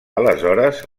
aleshores